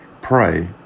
pray